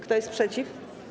Kto jest przeciw?